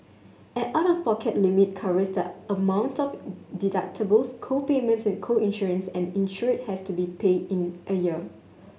an out of pocket limit covers the amount of deductibles co payments and co insurance an insured has to be pay in a year